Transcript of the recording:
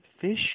fish